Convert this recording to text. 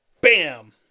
Bam